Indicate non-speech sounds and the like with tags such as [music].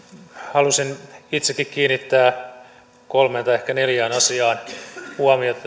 halusin itsekin kiinnittää kolmeen tai ehkä neljään asiaan huomiota [unintelligible]